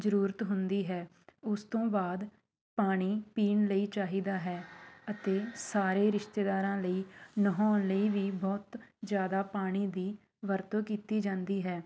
ਜ਼ਰੂਰਤ ਹੁੰਦੀ ਹੈ ਉਸ ਤੋਂ ਬਾਅਦ ਪਾਣੀ ਪੀਣ ਲਈ ਚਾਹੀਦਾ ਹੈ ਅਤੇ ਸਾਰੇ ਰਿਸ਼ਤੇਦਾਰਾਂ ਲਈ ਨਹਾਉਣ ਲਈ ਵੀ ਬਹੁਤ ਜ਼ਿਆਦਾ ਪਾਣੀ ਦੀ ਵਰਤੋਂ ਕੀਤੀ ਜਾਂਦੀ ਹੈ